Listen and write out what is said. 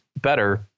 better